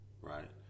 right